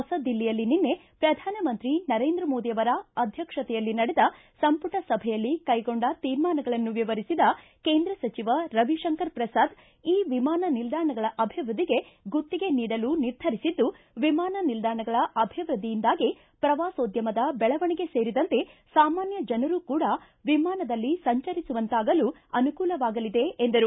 ಹೊಸ ದಿಲ್ಲಿಯಲ್ಲಿ ನಿನ್ನೆ ಪ್ರಧಾನಿ ನರೇಂದ್ರ ಮೋದಿ ಅವರ ಅಧ್ಯಕ್ಷತೆಯಲ್ಲಿ ನಡೆದ ಸಂಪುಟ ಸಭೆಯಲ್ಲಿ ಕೈಗೊಂಡ ತೀರ್ಮಾನಗಳನ್ನು ವಿವರಿಸಿದ ಕೇಂದ್ರ ಸಚಿವ ರವಿಶಂಕರ್ ಪ್ರಸಾದ್ ಈ ವಿಮಾನ ನಿಲ್ದಾಣಗಳ ಅಭಿವೃದ್ದಿಗೆ ಗುತ್ತಿಗೆ ನೀಡಲು ನಿರ್ಧರಿಸಿದ್ದು ವಿಮಾನ ನಿಲ್ದಾಣಗಳ ಅಭಿವೃದ್ಧಿಯಿಂದಾಗಿ ಪ್ರವಾಸೋದ್ದಮ ಬೆಳವಣಿಗೆ ಸೇರಿದಂತೆ ಸಾಮಾನ್ಯ ಜನರೂ ಕೂಡ ವಿಮಾನದಲ್ಲಿ ಸಂಚರಿಸುವಂತಾಗಲೂ ಅನುಕೂಲವಾಗಲಿದೆ ಎಂದರು